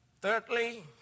Thirdly